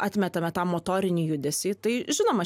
atmetame tą motorinį judesį tai žinoma